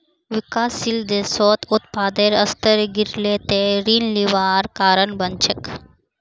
विकासशील देशत उत्पादेर स्तर गिरले त ऋण लिबार कारण बन छेक